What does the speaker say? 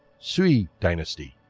sui dynasty